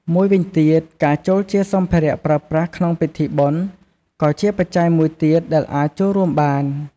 មួយវិញទៀតការចូលជាសម្ភារៈប្រើប្រាស់ក្នុងពិធីបុណ្យ ក៏ជាបច្ច័យមួយទៀតដែលអាចចូលរួមបាន។